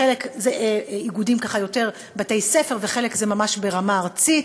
חלק של איגודים של בתי-ספר וחלק ממש ברמה ארצית,